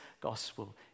gospel